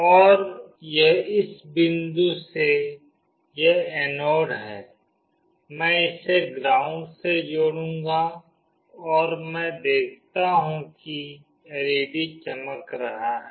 और यह इस बिंदु से यह एनोड है मैं इसे ग्राउंड से जोड़ूंगी और मैं देखती हूं कि एलईडी चमक रही है